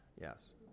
Yes